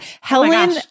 Helen